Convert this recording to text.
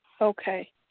Okay